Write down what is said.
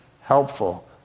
helpful